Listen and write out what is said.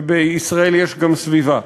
שבישראל יש גם סביבה,